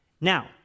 Now